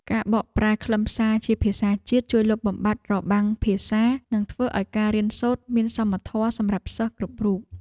ការបកប្រែខ្លឹមសារជាភាសាជាតិជួយលុបបំបាត់របាំងភាសា និងធ្វើឱ្យការរៀនសូត្រមានសមធម៌សម្រាប់សិស្សគ្រប់រូប។